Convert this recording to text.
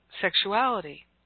sexuality